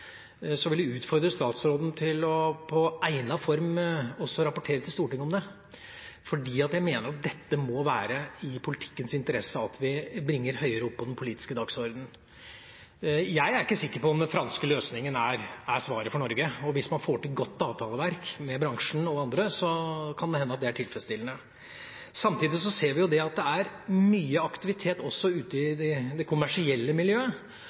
vil jeg utfordre statsråden til i egnet form å rapportere til Stortinget om det, for jeg mener det må være i politikkens interesse at vi bringer dette høyere opp på den politiske dagsordenen. Jeg er ikke sikker på om den franske løsningen er svaret for Norge, og hvis man får til et godt avtaleverk med bransjen og andre, kan det hende at det er tilfredsstillende. Samtidig ser vi at det er mye aktivitet også ute i det kommersielle miljøet,